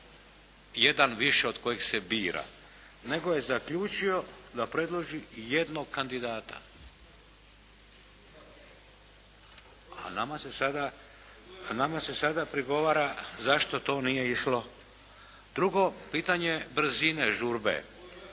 jedan više od kojeg se bira, nego je zaključio da predloži jednog kandidata. A nama se sada prigovara zašto to nije išlo. Drugo pitanje brzine, žurbe.